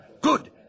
Good